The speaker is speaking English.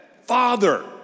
Father